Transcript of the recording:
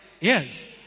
Yes